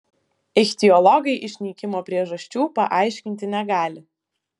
ichtiologai išnykimo priežasčių paaiškinti negali